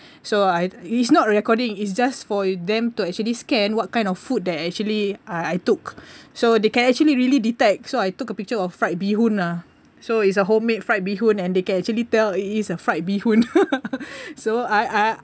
so I it's not recording is just for them to actually scan what kind of food that actually I took so they can actually really detect so I took a picture of fried beehoon lah so it's a homemade fried beehoon and they can actually tell it is a fried beehoon so I I